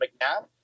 McNabb